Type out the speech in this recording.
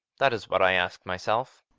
that is what i ask myself.